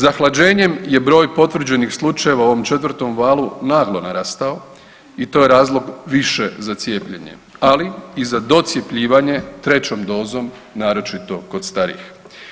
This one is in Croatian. Zahlađenjem je broj potvrđenih slučajeva u ovom 4. valu naglo narastao i to je razlog više za cijepljenje, ali i za docjepljivanje 3. dozom, naročito kod starijih.